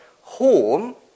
home